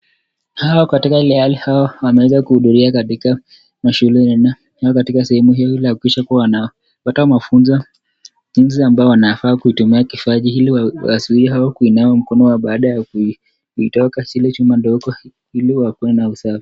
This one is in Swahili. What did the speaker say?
Hao wako katika ile hali wao wameweza kuhudhuria mashule nao katika sehemu wanapata mafunzo jinsi ambavyo wanafaa kutumia kifaa kile ili wazuie kuinawa mkono baada ya kuitoka zile chumba ndogo ili wakuwe na usafi.